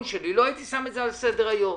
שלי לא הייתי שם את זה על סדר היום.